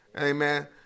Amen